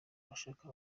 agashaka